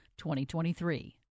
2023